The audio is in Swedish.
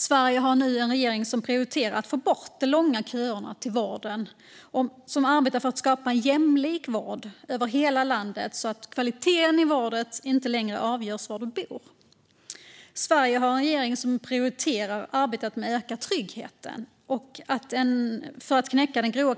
Sverige har nu en regering som prioriterar att få bort de långa köerna till vården och som arbetar för att skapa en jämlik vård över hela landet så att kvaliteten på vården inte avgörs av var du bor. Sverige har en regering som prioriterar arbetet med att öka tryggheten och att en gång för alla knäcka den grova